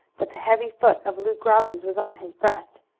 but the heavy foot of luke robbins was on his breast.